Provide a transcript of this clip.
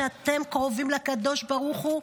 שאתם קרובים לקדוש ברוך הוא,